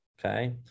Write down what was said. okay